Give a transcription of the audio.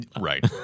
Right